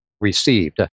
received